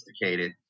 sophisticated